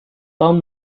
tom